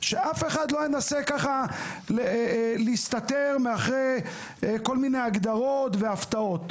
אז שאף אחד לא ינסה להסתתר מאחורי כל מיני הגדרות והפתעות.